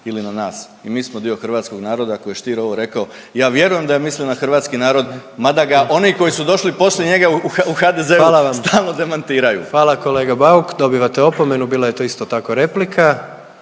ili na nas. I mi smo dio hrvatskog naroda koji je Stier evo rekao. Ja vjerujem da je on mislio na hrvatski narod mada ga oni koji su došli poslije njega u HDZ-u stalno … …/Upadica predsjednik: Hvala